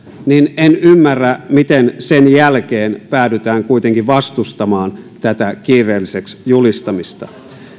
niin en ymmärrä miten sen jälkeen päädytään kuitenkin vastustamaan tätä kiireelliseksi julistamista